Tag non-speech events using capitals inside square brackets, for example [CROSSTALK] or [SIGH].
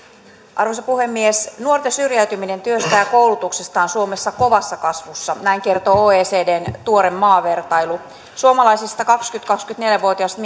arvoisa puhemies nuorten syrjäytyminen työstä ja koulutuksesta on suomessa kovassa kasvussa kertoo oecdn tuore maavertailu suomalaisista kaksikymmentä viiva kaksikymmentäneljä vuotiaista [UNINTELLIGIBLE]